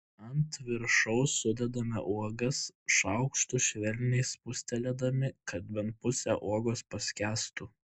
ant viršaus sudedame uogas šaukštu švelniai spustelėdami kad bent pusė uogos paskęstų